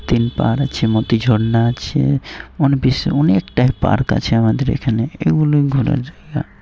তিন পাহাড় আছে মোতি ঝর্না আছে অ বিশ অনেকটাই পার্ক আছে আমাদের এখানে এগুলোই ঘোরার জায়গা